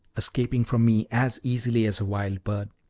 escaping from me as easily as a wild bird.